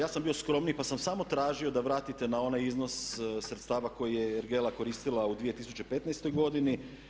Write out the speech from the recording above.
Ja sam bio skromniji pa sam samo tražio da vratite na onaj iznos sredstava koji je ergela koristila u 2015. godini.